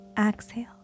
exhale